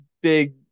big